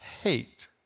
hate